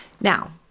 Now